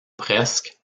presque